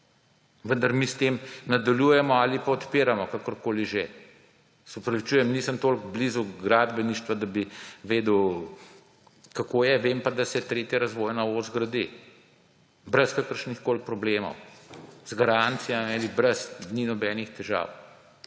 vendar mi s tem nadaljujemo ali pa odpiramo kakorkoli že. Se opravičujem, nisem toliko blizu gradbeništva, da bi vedel, kako je. Vem pa, da se tretja razvojna os gradi brez kakršnikoli problemov. Z garancijami ali brez ni nobenih težav.